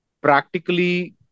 practically